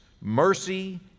mercy